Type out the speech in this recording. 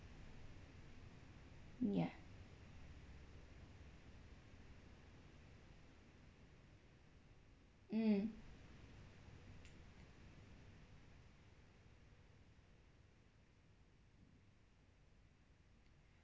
ya mm